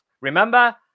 Remember